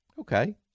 Okay